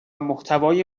محتوای